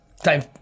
Time